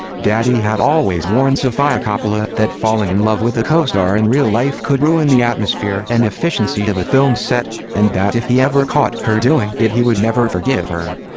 daddy had always warned sofia coppola that falling in love with a costar in real life could ruin the atmosphere and efficiency of a film set, and that if he ever caught her doing it he would never forgive her.